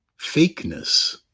fakeness